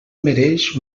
mereix